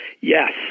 Yes